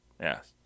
Yes